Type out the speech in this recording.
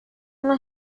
una